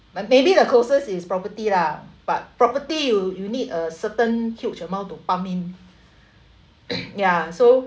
but maybe the closest is property lah but property you you need a certain huge amount to pump in ya so